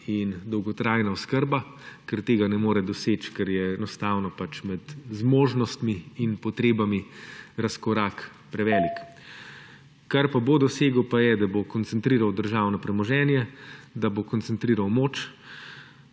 in dolgotrajna oskrba, ker tega ne more doseči, ker je enostavno med zmožnostmi in potrebami razkorak prevelik, kar pa bo dosegel, pa je, da bo koncentriral državno premoženje, da bo koncentriral moč.